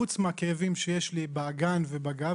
חוץ מהכאבים שיש לי באגן ובגב,